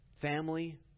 family